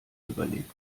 überlegt